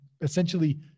essentially